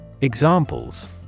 Examples